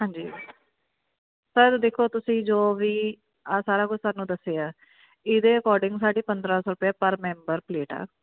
ਹਾਂਜੀ ਸਰ ਦੇਖੋ ਤੁਸੀਂ ਜੋ ਵੀ ਆਹ ਸਾਰਾ ਕੁਝ ਸਾਨੂੰ ਦੱਸਿਆ ਇਹਦੇ ਅਕੋਡਿੰਗ ਸਾਡੀ ਪੰਦਰ੍ਹਾਂ ਸੌ ਰੁਪਏ ਪਰ ਮੈਂਬਰ ਪਲੇਟ ਆ